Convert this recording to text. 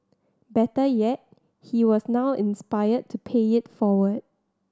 better yet he was now inspired to pay it forward